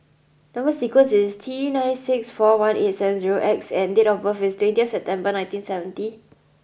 number sequence is T nine six four one eight seven zero X and date of birth is twenty September nineteen seventy